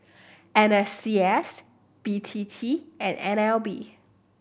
N S C S B T T and N L B